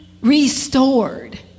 Restored